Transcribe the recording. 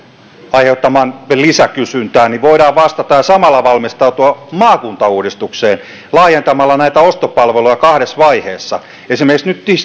aiheuttamaan lisäkysyntään voidaan vastata ja samalla valmistautua maakuntauudistukseen laajentamalla näitä ostopalveluja kahdessa vaiheessa esimerkiksi nyt